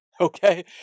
Okay